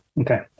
okay